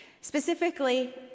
Specifically